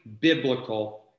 biblical